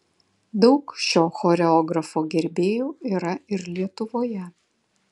daug šio choreografo gerbėjų yra ir lietuvoje